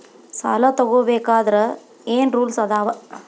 ಸಾಲ ತಗೋ ಬೇಕಾದ್ರೆ ಏನ್ ರೂಲ್ಸ್ ಅದಾವ?